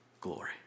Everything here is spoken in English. glory